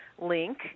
link